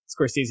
Scorsese